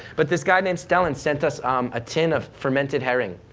but this guy named skellen sent us a tin of fermented herring,